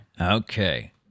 Okay